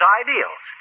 ideals